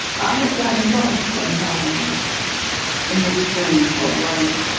i have gotten lost sometimes in this journey called life.